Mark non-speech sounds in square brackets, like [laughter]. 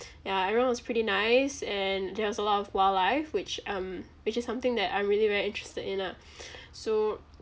ya everyone was pretty nice and there was a lot of wildlife which um which is something that I'm really very interested in ah [breath] so